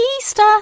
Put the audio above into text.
Easter